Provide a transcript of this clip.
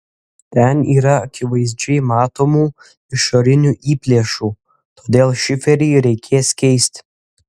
ten yra akivaizdžiai matomų išorinių įplėšų todėl šiferį reikės keisti